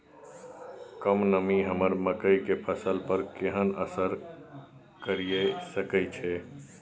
कम नमी हमर मकई के फसल पर केहन असर करिये सकै छै?